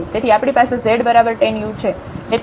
તેથી આપણી પાસે z tan u છે